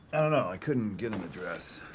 i don't know. i couldn't get an address.